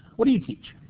what do you teach?